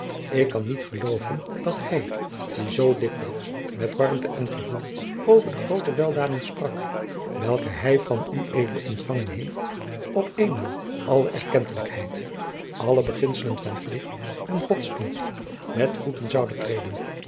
ik kan niet geloven dat hij die zoo dikwijls met warmte en gevoel over de groote weldaden sprak welke hij van ued ontfangen heeft op eenmaal alle erkentelijkheid alle beginselen van plicht en godsdienst met voeten zoude treden